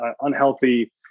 unhealthy